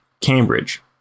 Cambridge